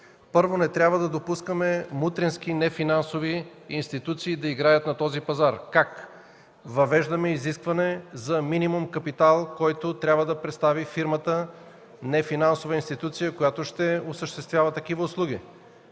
Първо, не трябва да допускаме мутренски нефинансови институции да играят на този пазар. Как? Въвеждаме изискване за минимум капитал, който трябва да представи фирмата – нефинансова институция, която ще осъществява такива услуги.